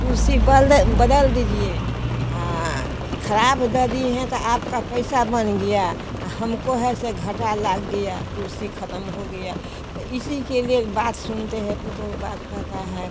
कुर्सी बदल दीजिए ये खराब दे दिए हैं तो आपका पैसा बन गया हमको है से घाटा लाग गया कुर्सी खत्म हो गया तो इसी के लिए बात सुनते हैं पतोहू बात कहता है